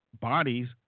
bodies